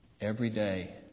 everyday